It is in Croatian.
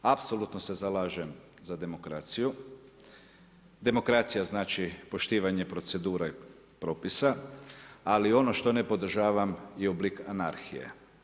Apsolutno se zalažem za demokraciju, demokracija znači poštivanje procedura i propisa ali ono što ne podržavam je oblik anarhije.